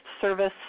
service